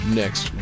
next